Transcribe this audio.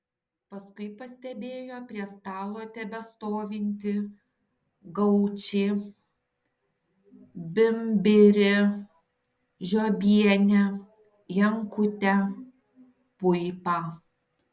paskui pastebėjo prie stalo tebestovintį gaučį bimbirį žiobienę jonkutę puipą